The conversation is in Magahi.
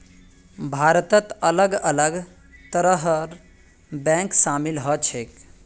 भारतत अलग अलग तरहर बैंक शामिल ह छेक